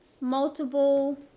multiple